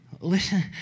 Listen